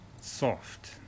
Soft